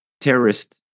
terrorist